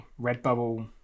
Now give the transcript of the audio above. Redbubble